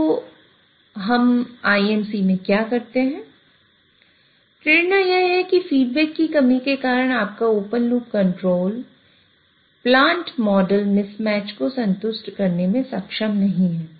तो हम IMC में क्या करते हैं प्रेरणा यह है कि फीडबैक की कमी के कारण आपका open loop control plant model mismatch को संतुष्ट करने में सक्षम नहीं है